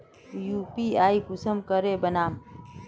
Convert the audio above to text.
UPI कुंसम करे बनाम?